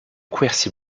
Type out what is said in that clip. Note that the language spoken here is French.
quercy